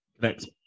Next